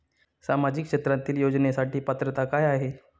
सामाजिक क्षेत्रांतील योजनेसाठी पात्रता काय आहे?